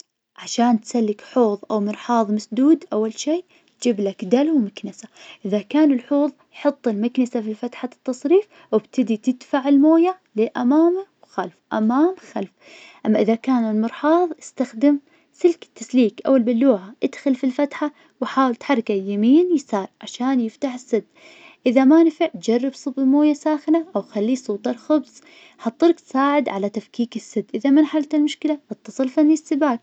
عشان تسلك حوض أومرحاض مسدود, أول شي, تجيبلك دلو ومكنسة, إذا كان الحوض حط المكنسة في الفتحة التصريف وابتدي تدفع المويه للأمام وخلف أمام خلف, أما إذا كان المرحاض, استخدم سلك التسليك, أو البلوعة, ادخل في الفتحة وحاول تحركه يمين يسار عشان يفتح السد, إذا مانفع, جرب صب مويه ساخنة, أوخليه يصد الخبز, هالطرق تساعد على تفكيك السد, إذا ما انحلت المشكلة اتصل فني السباكة.